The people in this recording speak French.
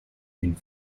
une